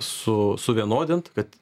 su suvienodint kad